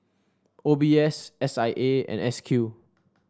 O B S S I A and S Q